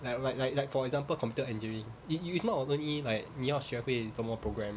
like like like like for example computer engineering it you it's not only like 你要学会怎么 program